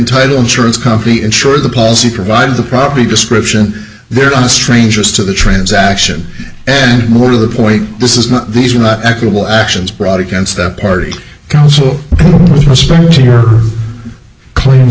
title insurance company and sure the policy provides the property description there on the strangers to the transaction and more to the point this is not these are not equitable actions brought against the party counsel claims